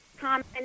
Common